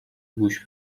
گوش